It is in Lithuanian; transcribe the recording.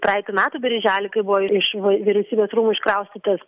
praeitų metų birželį kai buvo iš vo vyriausybės rūmų iškraustytas